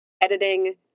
editing